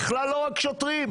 בכלל לא רק שוטרים.